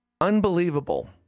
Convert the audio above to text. Unbelievable